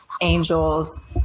angels